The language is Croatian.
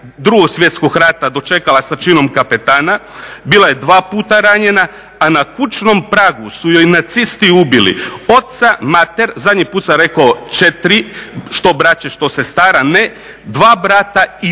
Drugog svjetskog rata dočekala sa činom kapetana, bila je dva puta ranjena a na kućnom pragu su joj nacisti ubili oca, mater, zadnji puta sam rekao četiri, što braće, što sestara ne, 2 brata i